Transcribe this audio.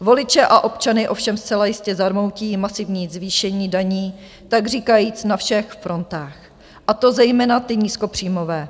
Voliče a občany ovšem zcela jistě zarmoutí masivní zvýšení daní takříkajíc na všech frontách, a to zejména ty nízkopříjmové.